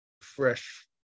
fresh